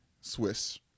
Swiss